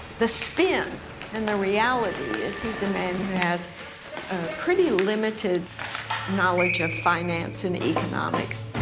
the spin and the reality is he's a man who has a pretty limited knowledge of finance and economics.